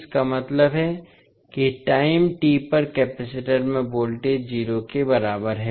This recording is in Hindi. इसका मतलब है कि टाइम t पर केपैसिटर में वोल्टेज 0 के बराबर है